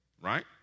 Right